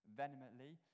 venomously